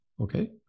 Okay